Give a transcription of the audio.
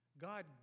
God